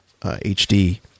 HD